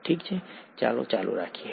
ઠીક છે ચાલો ચાલુ રાખીએ